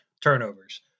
Turnovers